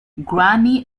granny